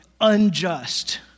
unjust